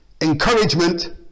encouragement